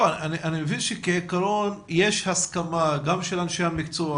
אני מבין שכעקרון יש הסכמה גם של אנשי המקצוע,